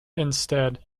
instead